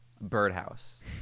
Birdhouse